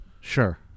Sure